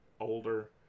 older